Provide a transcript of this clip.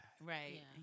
Right